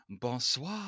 bonsoir